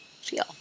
feel